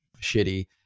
shitty